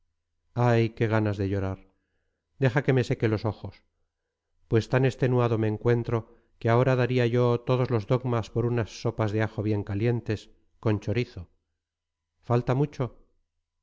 ay qué ganas de llorar deja que me seque los ojos pues tan extenuado me encuentro que ahora daría yo todos los dogmas por unas sopas de ajo bien calientes con chorizo falta mucho